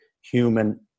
human